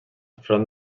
front